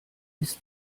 ist